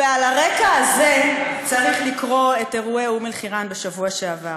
על הרקע הזה צריך לקרוא את אירועי אום-אלחיראן בשבוע שעבר,